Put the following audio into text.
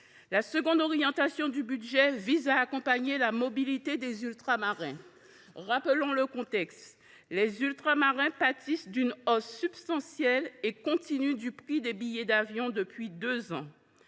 La deuxième orientation du budget vise à accompagner la mobilité des Ultramarins. Rappelons le contexte : les Ultramarins pâtissent d’une hausse substantielle et continue du prix des billets d’avion depuis deux ans.